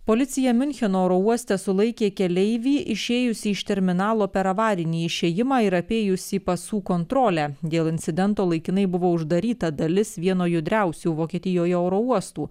policija miuncheno oro uoste sulaikė keleivį išėjusį iš terminalo per avarinį išėjimą ir apėjusį pasų kontrolę dėl incidento laikinai buvo uždaryta dalis vieno judriausių vokietijoje oro uostų